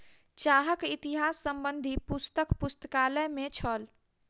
चाहक इतिहास संबंधी पुस्तक पुस्तकालय में छल